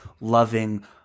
loving